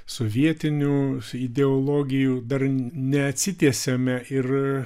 sovietinių ideologijų dar neatsitiesiame ir